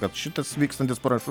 kad šitas vykstantis parašų